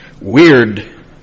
weird